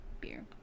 beer